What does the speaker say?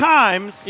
times